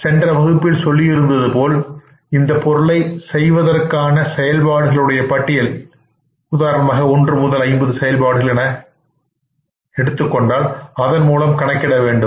சென்ற வகுப்பில் சொல்லியிருந்தது போல இந்த பொருளை செய்வதற்கான செயல்பாடுகள் பட்டியல்கள் 1 முதல் 50 மூலமாக கணக்கிடவேண்டும்